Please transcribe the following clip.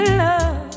love